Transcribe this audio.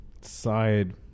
side